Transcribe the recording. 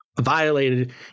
violated